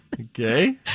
Okay